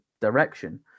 direction